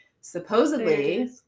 Supposedly